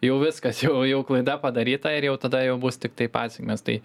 jau viskas jau jau klaida padaryta ir jau tada jau bus tiktai pasekmės tai